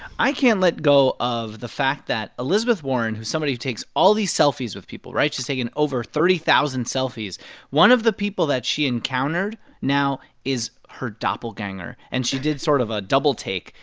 i can't let go of the fact that elizabeth warren, who's somebody who takes all these selfies with people right? she's taken over thirty thousand selfies one of the people that she encountered now is her doppelganger. and she did sort of a double-take.